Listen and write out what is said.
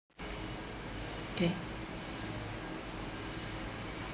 K